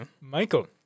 Michael